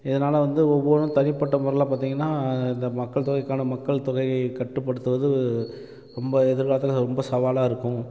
இதனால் வந்து ஒவ்வொருவரும் தனிப்பட்ட முறையில் பார்த்தீங்கன்னா இந்த மக்கள் தொகைக்கான மக்கள் தொகையை கட்டுப்படுத்துவது ரொம்ப எதிர்காலத்தில் ரொம்ப சவாலாக இருக்கும்